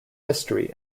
history